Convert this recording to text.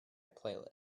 playlist